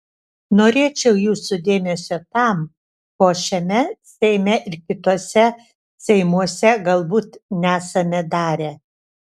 norėčiau jūsų dėmesio tam ko šiame seime ir kituose seimuose galbūt nesame darę